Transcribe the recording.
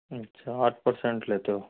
अच्छा आठ परसेंट लेते हो